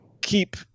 keep